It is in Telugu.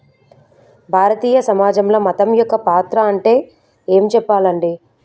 భారతీయ సమాజంలో మతం యొక్క పాత్ర అంటే ఏం చెప్పాలండి